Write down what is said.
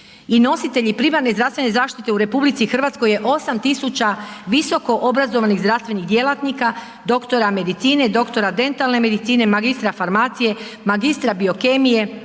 i nositelji primarne zdravstvene zaštite u RH je 8 tisuća visoko obrazovanih zdravstvenih djelatnika, dr. medicine, dr. dentalne medicine, magistra farmacije, magistra biokemije,